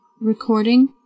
Recording